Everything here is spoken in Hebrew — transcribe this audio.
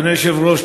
אדוני היושב-ראש,